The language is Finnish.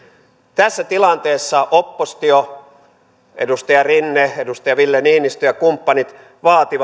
tässä tilanteessa oppositio edustaja rinne edustaja ville niinistö ja kumppanit vaatii